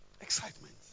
Excitement